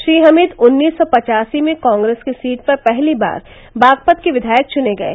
श्री हमीद उन्नीस सौ पचासी में कॉग्रेस के सीट पर पहली बार बागपत के विद्यायक चुने गये